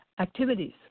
Activities